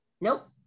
Nope